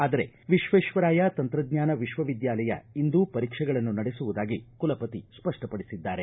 ಆದರೆ ವಿಶ್ವೇಶ್ವರಾಯಾ ತಂತ್ರಜ್ಞಾನ ವಿಶ್ವವಿದ್ಯಾಲಯ ಇಂದು ಪರೀಕ್ಷೆಗಳನ್ನು ನಡೆಸುವುದಾಗಿ ಕುಲಪತಿ ಸ್ಪಷ್ಟಪಡಿಸಿದ್ದಾರೆ